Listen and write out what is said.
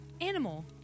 animal